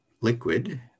liquid